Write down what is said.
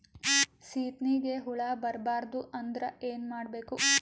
ಸೀತ್ನಿಗೆ ಹುಳ ಬರ್ಬಾರ್ದು ಅಂದ್ರ ಏನ್ ಮಾಡಬೇಕು?